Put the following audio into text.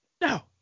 No